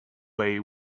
way